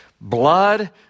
Blood